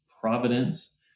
providence